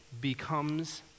becomes